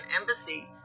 embassy